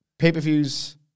Pay-per-views